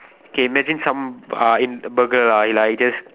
okay imagine some uh in burger lah like you just